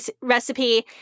recipe